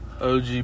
OG